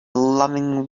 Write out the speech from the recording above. loving